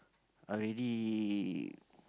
already